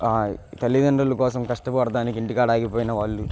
తల్లిదండ్రుల కోసం కష్టపడటానికి ఇంటికాడ ఆగిపోయిన వాళ్ళు